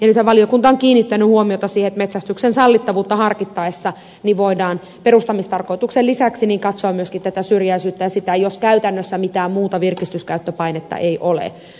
nythän valiokunta on kiinnittänyt huomiota siihen että metsästyksen sallittavuutta harkittaessa voidaan perustamistarkoituksen lisäksi katsoa myöskin tätä syrjäisyyttä jos käytännössä mitään muuta virkistyskäyttöpainetta ei ole